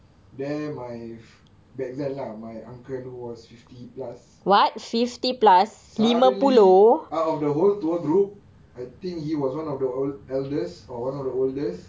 there my f~ back then lah my uncle who was fifty plus suddenly out of the whole tour group I think he was one of the old~ eldest or one of the oldest